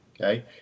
okay